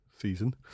season